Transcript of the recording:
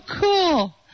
cool